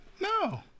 no